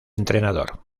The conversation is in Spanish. entrenador